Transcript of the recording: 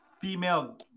female